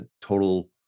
total